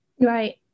Right